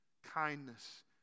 Kindness